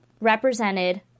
represented